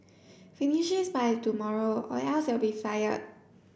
finishes by tomorrow or else you'll be fired